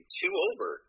two-over